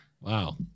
Wow